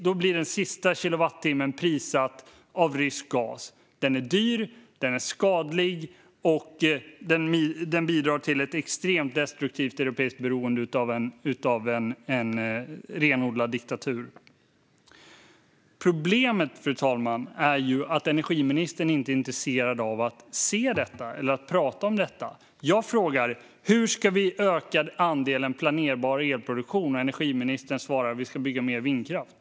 Då blir den sista kilowattimmen prissatt av rysk gas. Den är dyr och skadlig och bidrar till ett extremt destruktivt europeiskt beroende av en renodlad diktatur. Problemet, fru talman, är att energiministern inte är intresserad av att se detta eller prata om detta. Jag frågar: Hur ska vi öka andelen planerbar elproduktion? Energiministern svarar att vi ska bygga mer vindkraft.